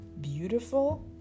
beautiful